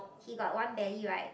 he got one belly right